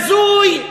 בזוי.